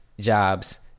jobs